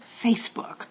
Facebook